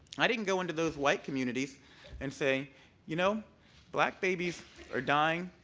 i didn't go into those white communities and say you know black babies are dying.